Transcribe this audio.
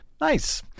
Nice